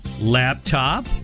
laptop